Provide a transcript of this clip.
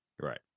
right